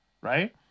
Right